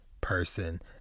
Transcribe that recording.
person